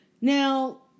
Now